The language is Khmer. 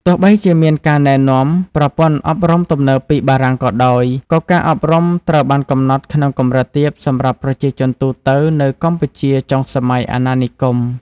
ទោះបីជាមានការណែនាំប្រព័ន្ធអប់រំទំនើបពីបារាំងក៏ដោយ ក៏ការអប់រំត្រូវបានកំណត់ក្នុងកម្រិតទាបសម្រាប់ប្រជាជនទូទៅនៅកម្ពុជាចុងសម័យអាណានិគម។